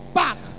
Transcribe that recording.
back